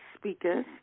speakers